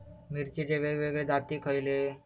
मिरचीचे वेगवेगळे जाती खयले?